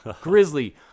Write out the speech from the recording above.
Grizzly